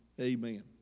amen